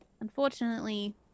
unfortunately